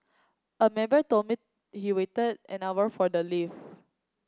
a member told me he waited an hour for the lift